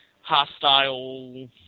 hostile